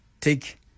take